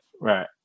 Right